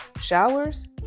Showers